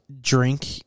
Drink